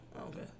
okay